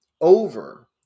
over